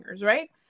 Right